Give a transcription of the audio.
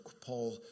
Paul